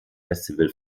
festival